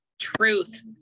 truth